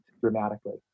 dramatically